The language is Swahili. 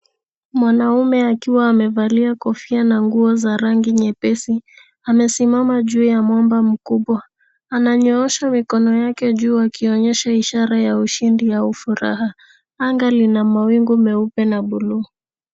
Mwanamume akiwa amevalia kofia na nguo za rangi nyepesi. Amesimama juu ya mwamba mkubwa. Ananyoosha mikono yake juu akionyesha ishara ya ushindi au furaha. Anga lina mawingu meupe na bluu.